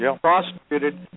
prosecuted